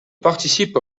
participe